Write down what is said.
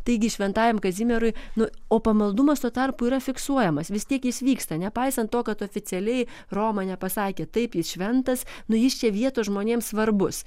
taigi šventajam kazimierui nu o pamaldumas tuo tarpu yra fiksuojamas vis tiek jis vyksta nepaisant to kad oficialiai roma nepasakė taip jis šventas nu jis čia vietos žmonėms svarbus